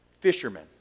Fishermen